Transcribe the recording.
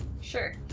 Sure